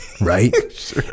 right